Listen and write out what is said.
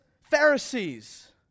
Pharisees